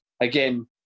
again